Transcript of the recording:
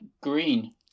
green